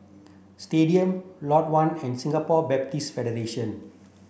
Stadium Lot One and Singapore Buddhist Federation